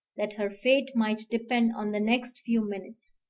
that her fate might depend on the next few minutes.